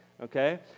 okay